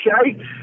okay